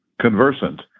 conversant